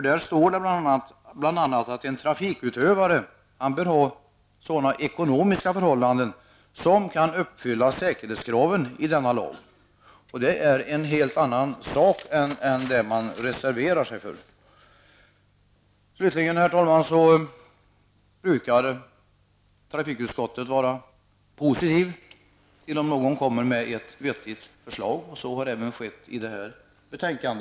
Där står bl.a. att en trafikutövare bör ha sådana ekonomiska förhållanden som ''kan anses uppfylla kraven i denna lag'', och det är en helt annan sak än det man reserverat sig för. Slutligen, herr talman, vill jag säga att trafikutskottet brukar vara positivt om någon kommer med ett vettigt förslag. Så har varit fallet även vid behandlingen av det här ärendet.